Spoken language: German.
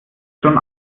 schon